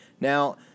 Now